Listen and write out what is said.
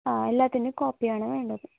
ആ എല്ലാത്തിന്നും കോപ്പിയാണ് വേണ്ടത്